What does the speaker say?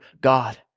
God